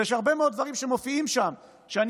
ויש הרבה מאוד דברים שמופיעים שם שאני